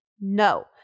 No